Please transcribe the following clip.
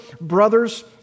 brothers